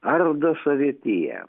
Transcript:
ardo sovietiją